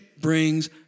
brings